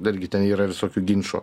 dargi ten yra visokių ginčų